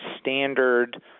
standard